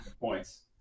points